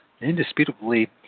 indisputably